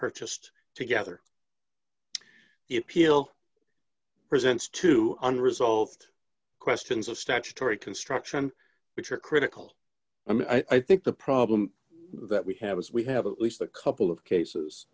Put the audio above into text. purchased together if pill presents two unresolved questions of statutory construction which are critical and i think the problem that we have is we have at least a couple of cases